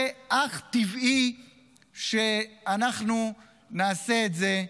זה אך טבעי שאנחנו נעשה את זה,